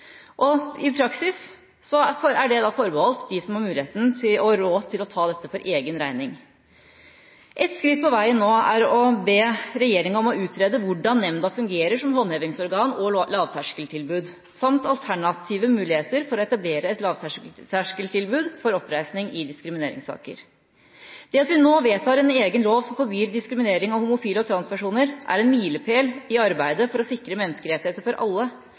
domstolen. I praksis er det forbeholdt dem som har mulighet og råd til å ta dette på egen regning. Et skritt på veien er å be regjeringa om å utrede hvordan nemnda fungerer som håndhevingsorgan og lavterskeltilbud, samt alternative muligheter for å etablere et lavterskeltilbud for oppreisning i diskrimineringssaker. Det at vi nå vedtar en egen lov som forbyr diskriminering av homofile og transpersoner, er en milepæl i arbeidet for å sikre menneskerettigheter for alle